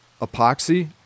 Epoxy